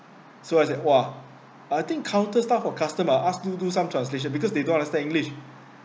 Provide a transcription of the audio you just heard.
so I said !wah! I think counter staff of customs ah asked to do some translation because they don't understand english